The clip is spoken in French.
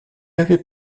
avait